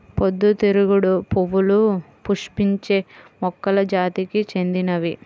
పొద్దుతిరుగుడు పువ్వులు పుష్పించే మొక్కల జాతికి చెందినవి